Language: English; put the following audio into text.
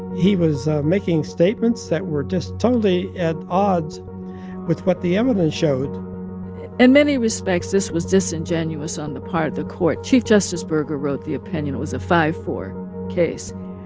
he was making statements that were just totally at odds with what the evidence showed in many respects, this was disingenuous on the part of the court. chief justice burger wrote the opinion. it was a five four case.